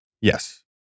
Yes